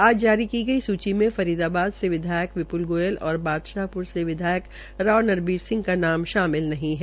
आज जारी की गई सूची में फरीदाबाद से विधायक विप्ल गोयल और बादशाह प्र से विधायक राव नरवीर सिह का नाम शामिल नहीं है